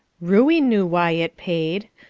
ruey knew why it paid,